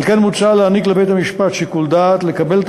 על כן מוצע להעניק לבית-המשפט שיקול דעת לקבל את